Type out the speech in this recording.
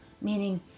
meaning